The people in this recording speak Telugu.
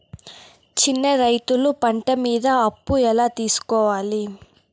చిన్న రైతులు పంట మీద అప్పు ఎలా తీసుకోవాలి?